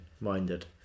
minded